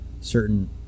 certain